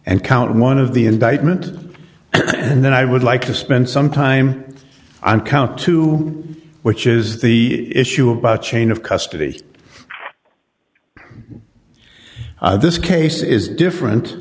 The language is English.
and count one of the indictment and then i would like to spend some time on count two which is the issue about chain of custody this case is different